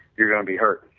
you're going to be hurt.